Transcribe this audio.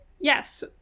Yes